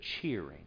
cheering